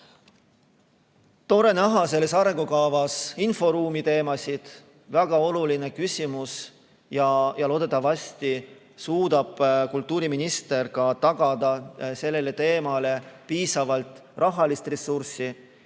Tore on näha selles arengukavas inforuumiteemasid. Väga oluline küsimus. Loodetavasti suudab kultuuriminister tagada sellele teemale piisavalt rahalist ressurssi,